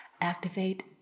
Activate